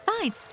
fine